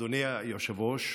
אדוני היושב-ראש,